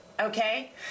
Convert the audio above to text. okay